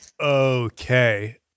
Okay